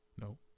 no